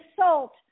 salt